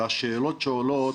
והשאלות שעולות,